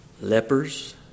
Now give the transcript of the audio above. lepers